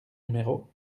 numéro